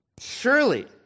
surely